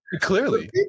Clearly